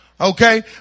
Okay